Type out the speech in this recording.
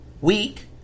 week